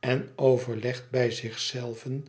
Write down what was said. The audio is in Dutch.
en overlegt bij zich zelven